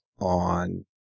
on